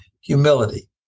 humility